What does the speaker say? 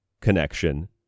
connection